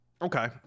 Okay